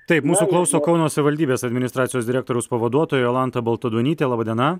taip mūsų klauso kauno savivaldybės administracijos direktoriaus pavaduotoja jolanta baltaduonytė laba diena